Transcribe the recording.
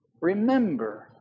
remember